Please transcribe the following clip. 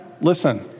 listen